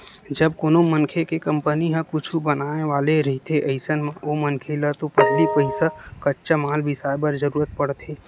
जब कोनो मनखे के कंपनी ह कुछु बनाय वाले रहिथे अइसन म ओ मनखे ल तो पहिली पइसा कच्चा माल बिसाय बर जरुरत पड़थे